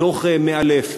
בדוח מאלף,